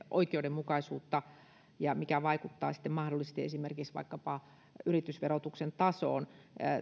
oikeudenmukaisuutta ja sitä mikä mahdollisesti vaikuttaa esimerkiksi vaikkapa yritysverotuksen tasoon